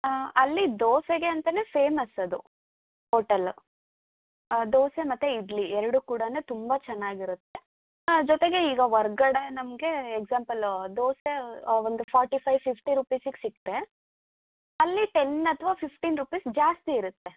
ಅಲ್ಲಿ ದೋಸೆಗೆ ಅಂತಲೇ ಫೇಮಸ್ ಅದು ಓಟಲ್ಲು ದೋಸೆ ಮತ್ತು ಇಡ್ಲಿ ಎರಡು ಕೂಡ ತುಂಬ ಚೆನ್ನಾಗಿರುತ್ತೆ ಜೊತೆಗೆ ಈಗ ಹೊರ್ಗಡೆ ನಮ್ಗೆ ಎಕ್ಸಾಂಪಲು ದೋಸೆ ಒಂದು ಫೋರ್ಟಿ ಫೈವ್ ಫಿಫ್ಟಿ ರುಪೀಸಿಗೆ ಸಿಗ್ತೆ ಅಲ್ಲಿ ಟೆನ್ ಅಥವಾ ಫಿಫ್ಟೀನ್ ರುಪೀಸ್ ಜಾಸ್ತಿ ಇರುತ್ತೆ